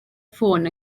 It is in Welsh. ffôn